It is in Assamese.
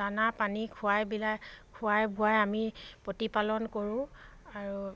দানা পানী খোৱাই পেলাই খোৱাই বোৱাই আমি প্ৰতিপালন কৰোঁ আৰু